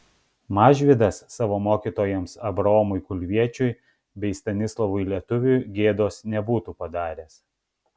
mažvydas savo mokytojams abraomui kulviečiui bei stanislovui lietuviui gėdos nebūtų padaręs